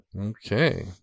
okay